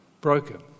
Broken